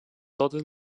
totes